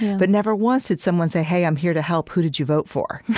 but never once did someone say, hey, i'm here to help. who did you vote for?